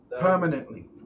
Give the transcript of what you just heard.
Permanently